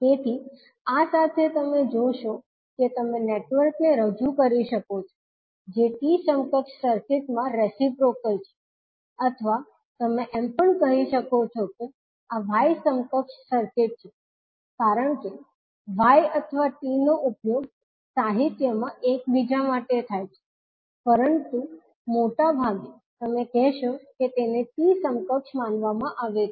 તેથી આ સાથે તમે જોશો કે તમે નેટવર્કને રજુ કરી શકો છો જે T સમકક્ષ સર્કિટમાં રેસીપ્રોકલ છે અથવા તમે એમ પણ કહી શકો છો કે આ Y સમકક્ષ સર્કિટ છે કારણ કે Y અથવા T નો ઉપયોગ સાહિત્યમાં એકબીજા માટે થાય છે પરંતુ મોટાભાગે તમે કહેશો કે તેને T સમકક્ષ માનવામાં આવે છે